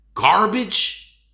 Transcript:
garbage